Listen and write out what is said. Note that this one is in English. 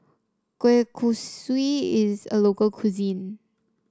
Kueh Kosui is a local cuisine